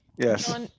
yes